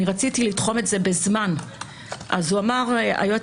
אני רציתי לתחום את זה בזמן אז היועץ